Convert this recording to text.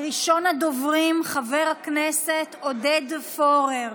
ראשון הדוברים, חבר הכנסת עודד פורר.